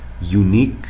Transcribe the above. unique